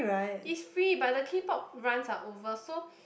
it's free but the K-pop runs are over so